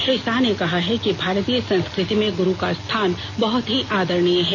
श्री शाह ने कहा है कि भारतीय संस्कृति में गुरू का स्थान बहत ही आदरणीय है